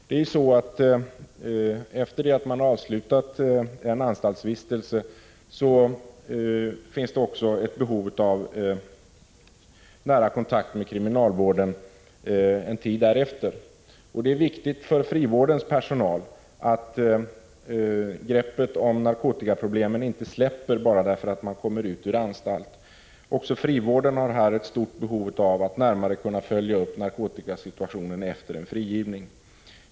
Även en tid efter det att man har avslutat en anstaltsvistelse finns det ju behov av nära kontakt med kriminalvården. Det är viktigt för frivårdens personal att greppet om narkotikaproblemen inte släpper bara därför att man kommer ut ur anstalten. Också frivården har ett stort behov av att kunna följa upp narkotikasituationen efter en frigivning.